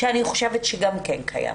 שאני חושבת שגם קיימת.